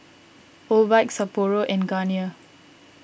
Obike Sapporo and Garnier